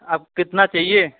آپ کو کتنا چاہیے